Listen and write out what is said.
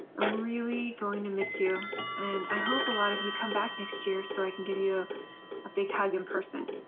i'm really going to miss you and i hope a lot of you come back next year so i can give you a big hug in person.